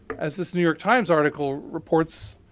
as this new york times article reports